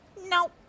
no